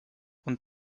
und